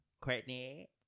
Courtney